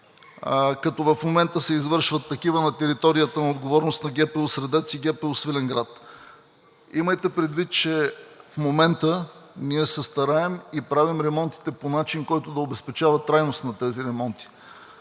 като в момента се извършват такива на територията на отговорност на ГПУ – Средец, и ГПУ – Свиленград. Имайте предвид, че в момента ние се стараем и правим ремонтите по начин, който да обезпечава трайност на тези ремонти.